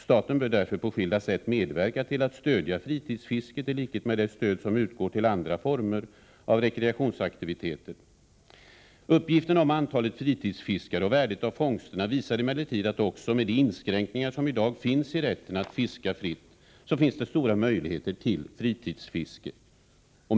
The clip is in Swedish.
Staten bör därför på skilda sätt medverka till att stödja fritidsfisket — i likhet med det stöd som utgår till andra former av rekreationsaktiviteter. Uppgifterna om antalet fritidsfiskare och värdet av fångsterna visar emellertid att man också med de inskränkningar som i dag finns i rätten att fiska fritt har stora möjligheter till fritidsfiske.